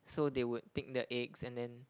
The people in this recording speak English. so they would take the eggs and then